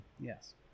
Yes